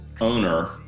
owner